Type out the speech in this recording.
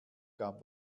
gab